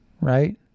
Right